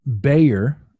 Bayer